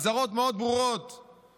אזהרות ברורות מאוד,